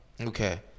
Okay